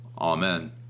amen